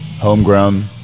homegrown